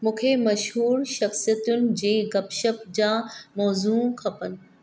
मूंखे मशहूरु शख़्सियतुनि जे गपशप जा मोज़ू खपनि